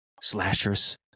slashers